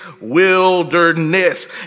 wilderness